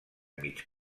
mig